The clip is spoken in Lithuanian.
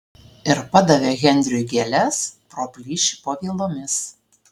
ir padavė henriui gėles pro plyšį po vielomis